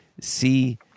see